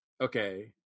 okay